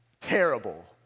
terrible